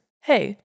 Hey